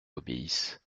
obéissent